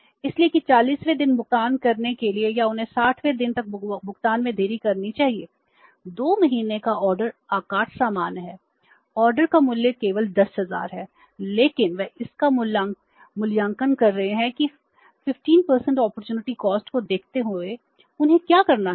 इसलिए कि 40 वें दिन भुगतान करने के लिए या उन्हें 60 वें दिन तक भुगतान में देरी करनी चाहिए 2 महीने का ऑर्डर को देखते हुए उन्हें क्या करना चाहिए